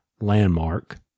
landmark